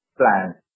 plans